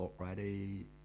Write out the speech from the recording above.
already